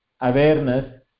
awareness